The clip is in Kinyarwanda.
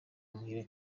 muhire